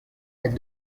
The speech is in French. elle